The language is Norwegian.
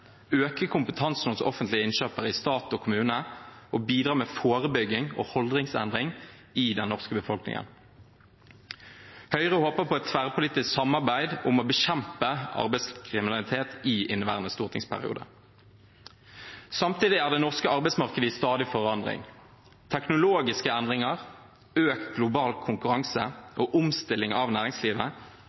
øke kompetansen hos offentlige innkjøpere i stat og kommune og bidra til forebygging og holdningsendring i den norske befolkningen. Høyre håper på et tverrpolitisk samarbeid om å bekjempe arbeidslivskriminalitet i inneværende stortingsperiode. Samtidig er det norske arbeidsmarkedet i stadig forandring. Teknologiske endringer, økt global konkurranse og omstilling av næringslivet